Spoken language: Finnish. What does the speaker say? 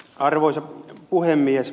arvoisa puhemies